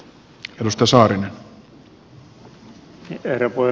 herra puhemies